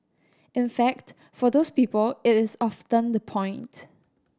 in fact for those people it is often the point